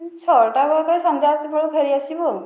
ଛଅଟା ବେଳକୁ ସନ୍ଧ୍ୟା ଆସିବେଳକୁ ଫେରିଆସିବୁ ଆଉ